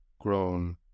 grown